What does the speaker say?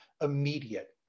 immediate